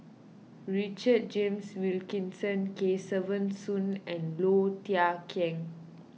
Richard James Wilkinson Kesavan Soon and Low Thia Khiang